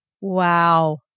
Wow